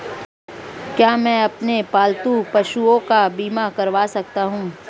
क्या मैं अपने पालतू पशुओं का बीमा करवा सकता हूं?